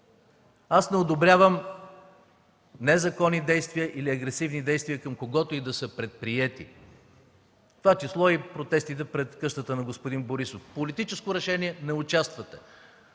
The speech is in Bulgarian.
Аз не одобрявам незаконни или агресивни действия срещу когото и да са предприети, в това число и протестите пред къщата на господин Борисов. Политическо решение – не участвате.